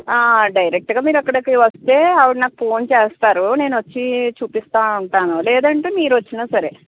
డైరెక్ట్గా మీరు అక్కడికి వస్తే ఆవిడ నాకు ఫోన్ చేస్తారు నేనొచ్చి చూపిస్తూ ఉంటాను లేదంటే మీరు వచ్చినా సరే